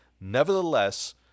nevertheless